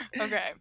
okay